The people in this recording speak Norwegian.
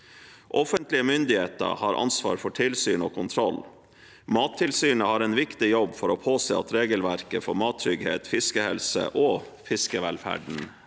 Offentlige myndigheter har ansvaret for tilsyn og kontroll. Mattilsynet har en viktig jobb for å påse at regelverket for mattrygghet, fiskehelse og fiskevelferd